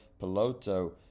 Peloto